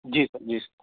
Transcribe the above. जी sir जी sir